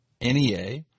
NEA